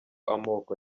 amoko